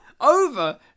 over